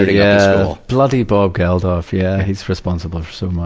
yeah. bloody bob geldolf. yeah he's responsible for so much.